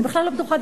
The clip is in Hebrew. אני בכלל לא בטוחה,